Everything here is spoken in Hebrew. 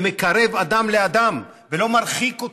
שמקרב אדם לאדם ולא מרחיק אותו.